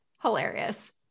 hilarious